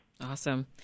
Awesome